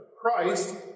Christ